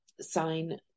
sign